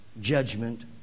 judgment